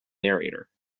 narrator